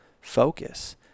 Focus